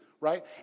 right